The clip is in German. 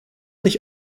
nicht